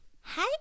Hi